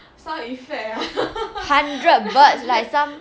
hundred birds like some